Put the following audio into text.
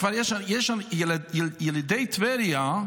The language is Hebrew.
כבר יש ילידי טבריה,